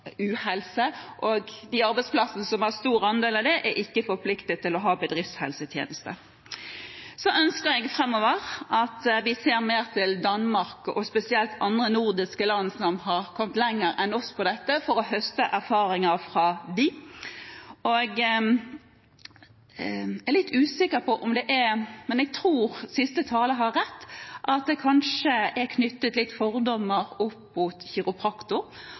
uhelse, og de arbeidsplassene som har stor andel av det, er ikke forpliktet til å ha bedriftshelsetjeneste. Så ønsker jeg framover at vi ser mer til Danmark og andre nordiske land som har kommet lenger enn oss når det gjelder dette, for å høste erfaringer fra dem. Jeg er litt usikker, men jeg tror siste taler har rett, at det kanskje er knyttet noen fordommer mot